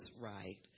right